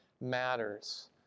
matters